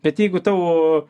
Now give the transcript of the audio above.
bet jeigu tavo